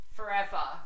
Forever